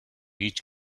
each